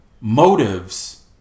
motives